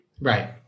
Right